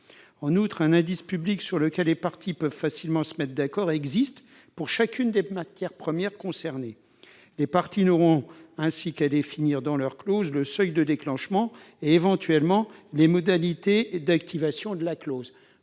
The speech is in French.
En outre, un indice public sur lequel les parties peuvent facilement se mettre d'accord existe pour chacune des matières premières concernées. Les parties n'auront ainsi qu'à définir dans leur clause le seuil de déclenchement et, éventuellement, les modalités d'activation de la clause.